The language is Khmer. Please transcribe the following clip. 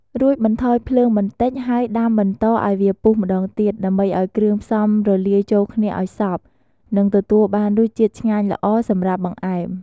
រួចបន្ថយភ្លើងបន្តិច ហើយដាំបន្តឱ្យវាពុះម្តងទៀត ដើម្បីឱ្យគ្រឿងផ្សំរលាយចូលគ្នាឱ្យសព្វ និងទទួលបានរសជាតិឆ្ងាញ់ល្អសម្រាប់បង្អែម។